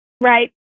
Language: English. Right